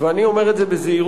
ואני אומר את זה בזהירות.